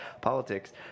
politics